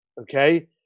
okay